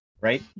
right